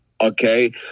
okay